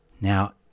Now